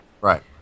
right